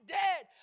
dead